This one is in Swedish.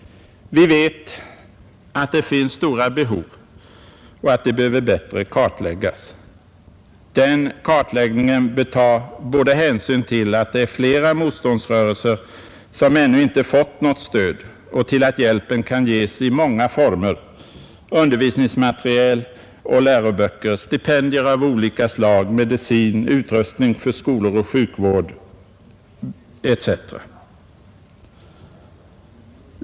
Vi vet att det finns stora behov och att de behöver kartläggas bättre. Denna kartläggning bör både ta hänsyn till att flera motståndsrörelser ännu inte har fått något stöd eller fått ett blygsamt stöd och till att hjälpen kan ges i många former: undervisningsmateriel och läroböcker, stipendier av olika slag, medicin, utrustning för skolor och sjukvård etc.